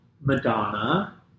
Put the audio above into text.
Madonna